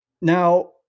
now